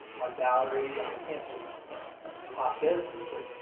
my salary, i can't just pop this and quit